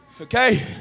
Okay